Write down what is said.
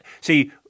See